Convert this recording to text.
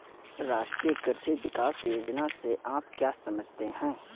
राष्ट्रीय कृषि विकास योजना से आप क्या समझते हैं?